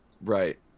right